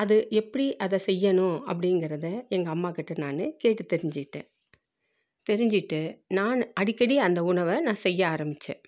அது எப்படி அதை செய்யணும் அப்படிக்கிறத எங்கள் அம்மா கிட்ட நான் கேட்டு தெரிஞ்சுக்கிட்டேன் தெரிஞ்சுக்கிட்டு நான் அடிக்கடி அந்த உணவை நான் செய்ய ஆரம்மிச்சேன்